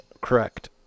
Correct